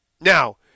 Now